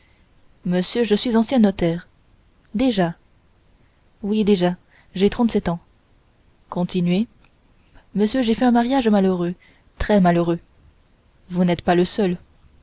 monsieur je suis un ancien notaire déjà oui déjà j'ai trente-sept ans continuez monsieur j'ai fait un mariage malheureux très malheureux vous n'êtes pas le seul